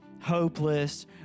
hopeless